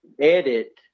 edit